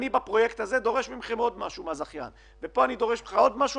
אני בפרויקט הזה דורש מהזכיין עוד משהו,